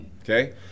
Okay